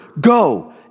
go